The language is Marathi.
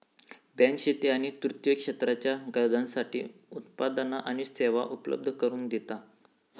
बँक शेती आणि तृतीय क्षेत्राच्या गरजांसाठी उत्पादना आणि सेवा उपलब्ध करून दिता